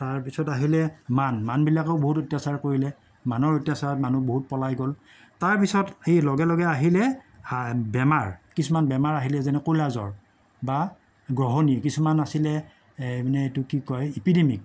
তাৰপিছত আহিলে মান মানবিলাকেও বহুত অত্যাচাৰ কৰিলে মানৰ অত্যাচাৰত মানুহ বহুত পলাই গ'ল তাৰপিছত এই লগে লগে আহিলে বেমাৰ কিছুমান বেমাৰ আহিলে যেনে কলাজ্বৰ বা গ্ৰহণী কিছুমান আছিলে এই মানে এইটো কি কয় ইপিডিমিক